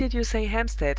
why did you say hampstead?